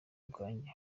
bwanjye